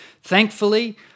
Thankfully